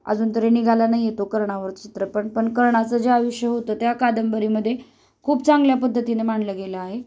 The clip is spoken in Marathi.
अजून तरी निघाला नाही आहे तो कर्णावर चित्रपट पण कर्णाचं जे आयुष्य होतं त्या कादंबरीमध्ये खूप चांगल्या पद्धतीने मांडलं गेलं आहे